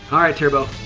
alright, turbo.